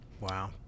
wow